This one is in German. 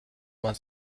man